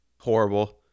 Horrible